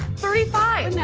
thirty five.